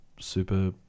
super